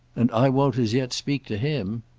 and i won't as yet speak to him.